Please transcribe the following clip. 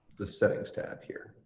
the settings tab here.